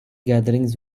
gatherings